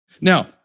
Now